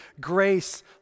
grace